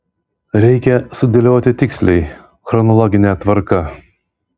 reikia sudėlioti tiksliai chronologine tvarka